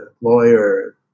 lawyer